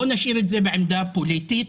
בואו נשאיר את זה בעמדה הפוליטית.